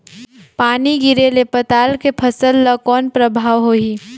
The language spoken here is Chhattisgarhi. पानी गिरे ले पताल के फसल ल कौन प्रभाव होही?